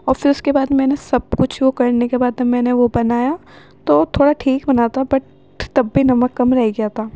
اور پھر اس کے بعد میں نے سب کچھ وہ کرنے کے بعد میں نے وہ بنایا تو تھوڑا ٹھیک بنا تھا بٹ تب بھی نمک کم رہ گیا تھا